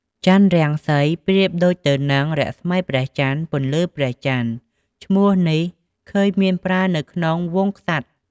ចន្ទរង្សី ប្រៀបប្រដូចទៅនឹង រស្មីព្រះចន្ទ ពន្លឺព្រះចន្ទ ឈ្មោះនេះឃើញមានប្រើនៅក្នុងវង្សក្សត្រ ។